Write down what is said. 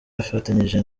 yafatanyije